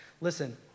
listen